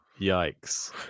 Yikes